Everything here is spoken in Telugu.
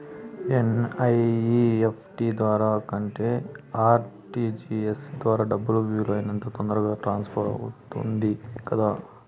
ఎన్.ఇ.ఎఫ్.టి ద్వారా కంటే ఆర్.టి.జి.ఎస్ ద్వారా డబ్బు వీలు అయినంత తొందరగా ట్రాన్స్ఫర్ అవుతుంది కదా